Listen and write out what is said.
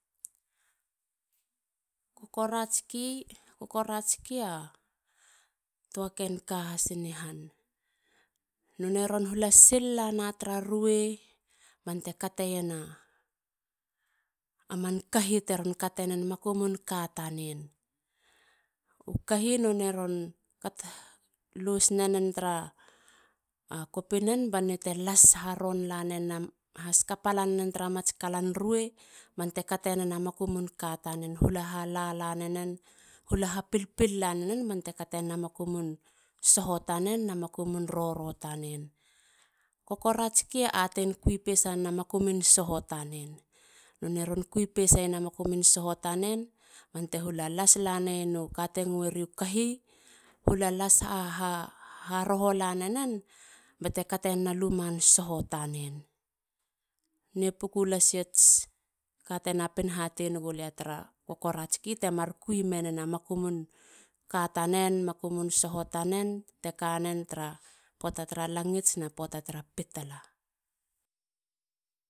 Kokoratski. kokoratski a tua ken. ka hasini han. nonei ron hula sil lana tar ruei bante kateiena aman kahi teron katenena makumun ka tanen. u kahi nonei ron. los nenen tara kopinen. ba nonei te haskapa lane nen tara mats kalan ruei. te katenen a makumun ka tanen. hula hala nenen. hula ha pilpilenen bante katenen a makumun soho tanen. na makumun roro tanen. Kokoratski e atein kui peseiena makumun soho tanen. Bante hula las la neiena u kate ngueriu kahi. hula las haroho la nenen bete katenen a luman soho tanen. Ne puku lasi ats kate napin hatei negulia tara kokotatski te mar kui menena makumun ka tanen. makumun soho tanen te kanen tara poata tara langits na poata tara pitala